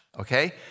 Okay